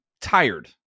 tired